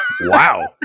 Wow